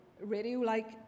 radio-like